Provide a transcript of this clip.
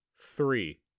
Three